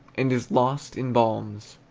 and is lost in balms!